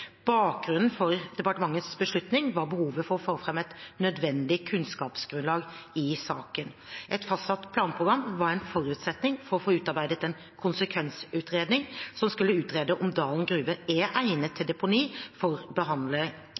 Bakgrunnen for departementets beslutning var behovet for å få fram et nødvendig kunnskapsgrunnlag i saken. Et fastsatt planprogram var en forutsetning for å få utarbeidet en konsekvensutredning som skulle utrede om Dalen gruver er egnet til deponi for